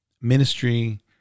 ministry